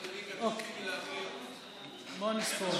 נצביע שוב.